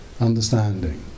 understanding